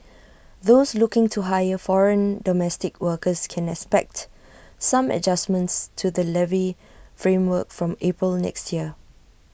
those looking to hire foreign domestic workers can expect some adjustments to the levy framework from April next year